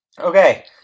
Okay